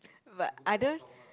but I don't